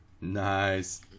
Nice